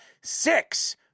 six